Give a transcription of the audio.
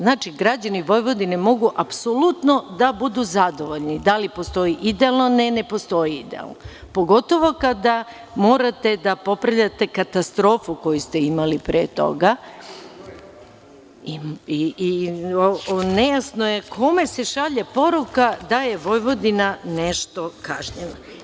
Znači, građani Vojvodine mogu apsolutno da budu zadovoljni da li postoji idealno ili ne postoji idealno, pogotovo kada morate da popravljate katastrofu koju ste imali pre toga i nejasno je kome se šalje poruka da je Vojvodina nešto kažnjena.